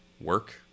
work